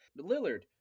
Lillard